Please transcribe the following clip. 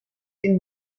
den